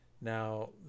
now